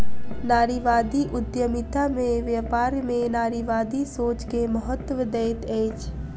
नारीवादी उद्यमिता में व्यापार में नारीवादी सोच के महत्त्व दैत अछि